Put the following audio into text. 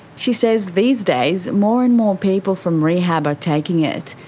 she says these days more and more people from rehab are taking it.